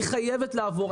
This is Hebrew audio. היא חייבת לעבור.